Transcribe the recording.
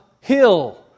hill